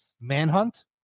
Manhunt